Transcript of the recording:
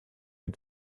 get